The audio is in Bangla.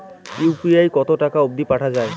ইউ.পি.আই কতো টাকা অব্দি পাঠা যায়?